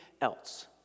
else